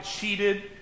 cheated